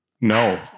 No